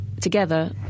together